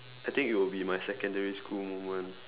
I think it will be my secondary school moment